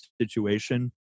situation